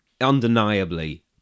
undeniably